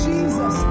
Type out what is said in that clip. Jesus